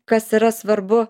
kas yra svarbu